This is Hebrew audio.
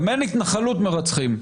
גם אין התנחלות מרצחים,